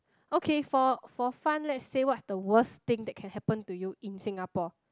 okay for for fun let's say what's the worst thing that can happen to you in Singapore